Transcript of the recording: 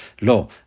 Lo